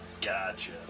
Gotcha